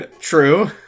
True